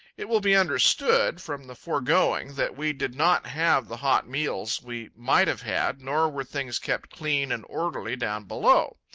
it will be understood, from the foregoing, that we did not have the hot meals we might have had, nor were things kept clean and orderly down below.